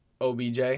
OBJ